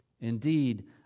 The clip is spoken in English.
Indeed